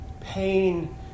pain